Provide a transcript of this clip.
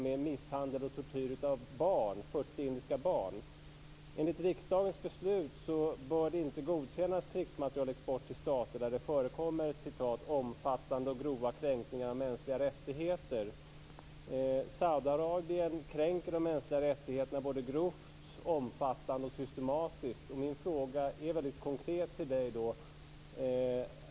Det finns rapporter från Enligt riksdagens beslut bör krigsmaterielexport till stater där det förekommer "omfattande och grova kränkningar av mänskliga rättigheter" inte godkännas. Saudiarabien kränker de mänskliga rättigheterna grovt, omfattande och systematiskt.